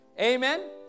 Amen